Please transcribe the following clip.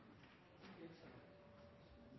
til